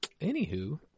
Anywho